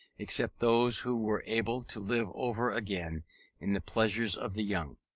except those who were able to live over again in the pleasures of the young.